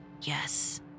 Yes